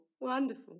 wonderful